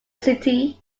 city